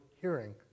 hearing